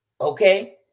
okay